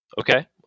Okay